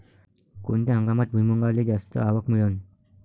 कोनत्या हंगामात भुईमुंगाले जास्त आवक मिळन?